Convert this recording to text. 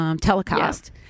Telecast